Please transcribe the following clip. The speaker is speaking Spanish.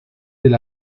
del